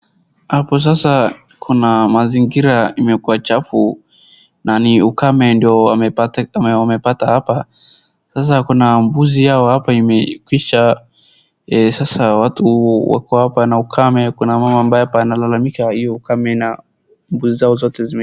Hapo sasa kuna mazingira imekua chafu na ni ukame ndio wamepata hapa. Sasa kuna mbuzi yao hapa imekwisha. Sasa watu wako hapa na ukame. Kuna mama ambaye hapa analalamika hiyo ukame na mbuzi zao zote.